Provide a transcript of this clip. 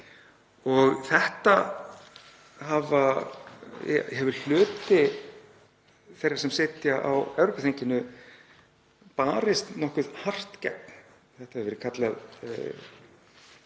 Þessu hefur hluti þeirra sem sitja á Evrópuþinginu barist nokkuð hart gegn. Þetta hefur verið kallað að